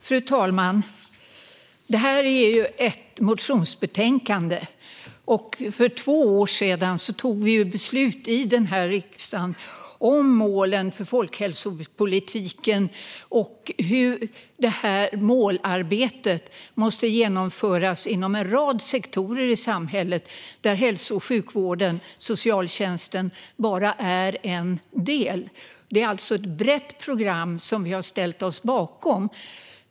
Fru talman! Detta är ett motionsbetänkande. För två år sedan tog vi här i riksdagen beslut om målen för folkhälsopolitiken och om hur målarbetet skulle genomföras inom en rad sektorer i samhället, där hälso och sjukvården och socialtjänsten bara är en del. Det är alltså ett brett program som vi har ställt oss bakom.